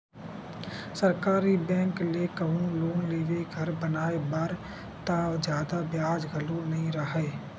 सरकारी बेंक ले कहूँ लोन लेबे घर बनाए बर त जादा बियाज घलो नइ राहय